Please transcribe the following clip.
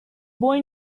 boy